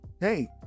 Hey